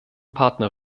partner